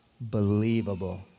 believable